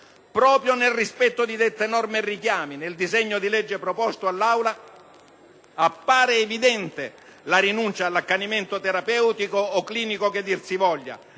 Proprio nel rispetto di dette norme e richiami, nel disegno di legge proposto all'Aula appare evidente la rinuncia all'accanimento terapeutico o clinico (che dir si voglia)